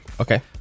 Okay